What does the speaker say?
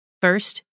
First